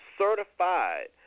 certified